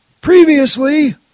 Previously